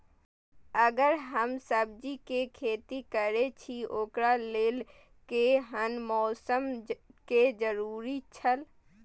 अगर हम सब्जीके खेती करे छि ओकरा लेल के हन मौसम के जरुरी छला?